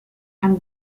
and